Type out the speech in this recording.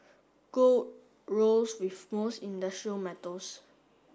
gold rose with most industrial metals